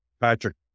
Patrick